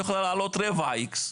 היא יכולה להעלות רבע X,